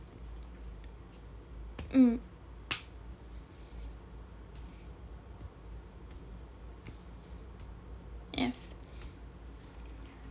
mm yes